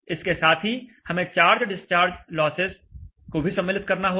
इसके साथ ही हमें चार्ज डिस्चार्ज लॉसेस को भी सम्मिलित करना होगा